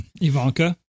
Ivanka